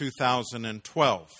2012